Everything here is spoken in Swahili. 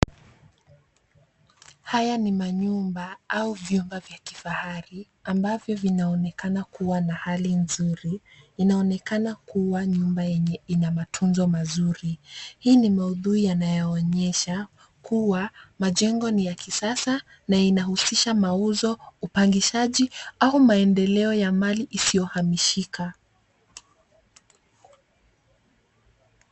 Haya ni manyumba au vyumba vya kifahari. Ambavyo vinaonekana kuwa na hali nzuri. Inaonekana kuwa yenye ina matunzo mazuri. Hii ni maudhui yanayoonyesha kuwa majengo ni ya kisasa na inahusisha mauzo, upangishaji au maendeleo ya mali isiyo hamishika.